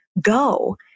go